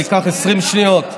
זה ייקח 20 שניות,